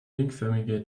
ringförmige